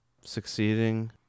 succeeding